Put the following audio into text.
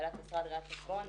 בעלת משרד ראיית חשבון,